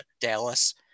Dallas